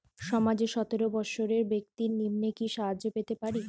সমাজের সতেরো বৎসরের ব্যাক্তির নিম্নে কি সাহায্য পেতে পারে?